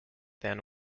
than